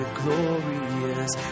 glorious